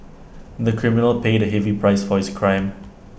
the criminal paid A heavy price for his crime